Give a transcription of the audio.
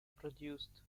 produced